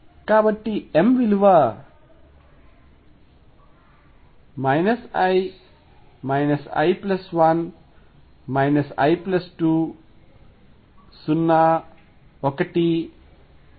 కాబట్టి m విలువ l l 1 l 2 0 1